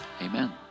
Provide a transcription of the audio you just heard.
Amen